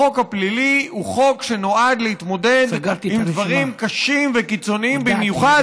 החוק הפלילי הוא חוק שנועד להתמודד עם דברים קשים וקיצוניים במיוחד,